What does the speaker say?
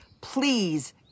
please